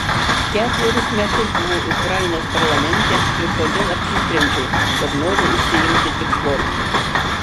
ketverius metus buvau ukrainos parlamente ir todėl apsisprendžiau kad noriu užsiimti tik sportu